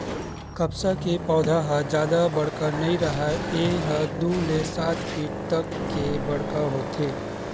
कपसा के पउधा ह जादा बड़का नइ राहय ए ह दू ले सात फीट तक के बड़का होथे